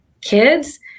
kids